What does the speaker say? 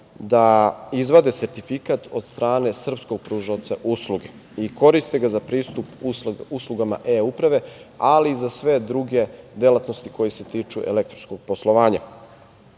da izvade sertifikat od strane srpskog pružaoca usluge i koriste ga za pristup uslugama e-Uprave, ali i za sve druge delatnosti koje se tiču elektronskog poslovanja. Takođe,